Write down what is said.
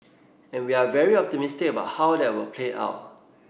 and we're very optimistic about how that will play out